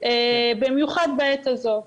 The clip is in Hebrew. במיוחד בעת הזאת.